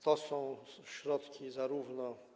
To są środki zarówno.